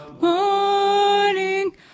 morning